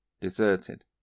deserted